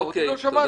אותי לא שמעת.